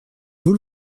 vous